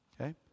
Okay